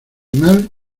mal